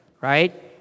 right